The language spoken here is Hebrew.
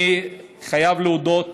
אני חייב להודות